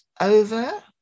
over